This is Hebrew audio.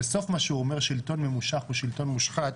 בסוף מה שהוא אומר: שלטון ממושך הוא שלטון מושחת.